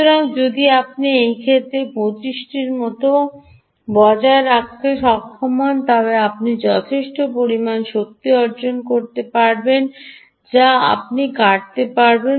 সুতরাং যদি আপনি এই ক্ষেত্রে 25 টির মতো বজায় রাখতে সক্ষম হন তবে আপনি যথেষ্ট পরিমাণ শক্তি অর্জন করতে পারবেন যা আপনি কাটাতে পারবেন